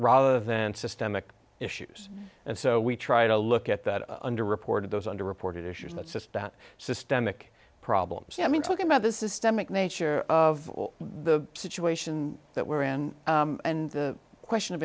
rather than systemic issues and so we try to look at that under reported those under reported issues that's just that systemic problems i mean talking about the systemic nature of the situation that we're in and the question of